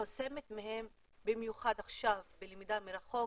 חוסמת מהם במיוחד עכשיו בלמידה מרחוק